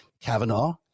Kavanaugh